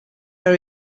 area